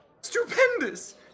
Stupendous